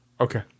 Okay